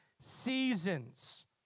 seasons